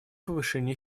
повышения